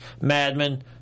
Madman